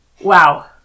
wow